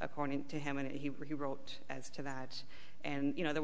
according to him and he wrote as to that and you know there